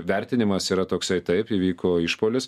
vertinimas yra toksai taip įvyko išpuolis